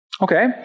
Okay